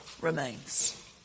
remains